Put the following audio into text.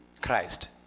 christ